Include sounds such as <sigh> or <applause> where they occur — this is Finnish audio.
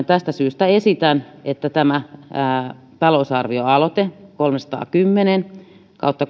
<unintelligible> tästä syystä esitän että tämä talousarvioaloite kolmesataakymmentä kautta <unintelligible>